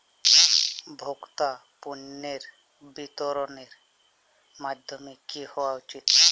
ভোক্তা পণ্যের বিতরণের মাধ্যম কী হওয়া উচিৎ?